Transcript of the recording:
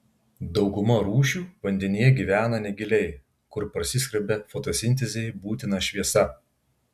dauguma rūšių vandenyje gyvena negiliai kur prasiskverbia fotosintezei būtina šviesa